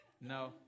No